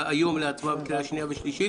היום להצבעה בקריאה השנייה והשלישית.